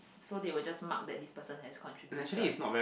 so they will just mark that this person has contributed